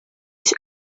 ich